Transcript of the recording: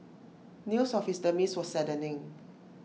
news of his demise were saddening